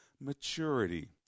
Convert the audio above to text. maturity